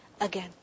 again